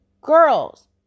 Girls